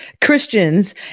Christians